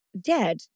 dead